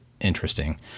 interesting